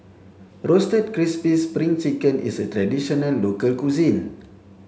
roasted crispy spring chicken is a traditional local cuisine